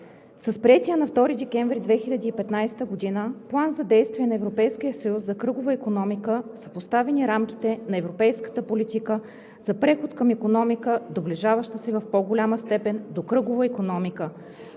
С приетия на 2 декември 2015 г. План за действие на Европейския съюз за кръгова икономика са поставени рамките на европейската политика за преход към икономика, доближаваща се в по-голяма степен до кръговата икономика,